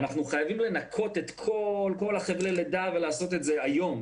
אנחנו חייבים לנקות את כל חבלי הלידה ולעשות את זה היום,